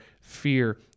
fear